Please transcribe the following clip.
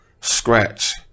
scratch